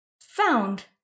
found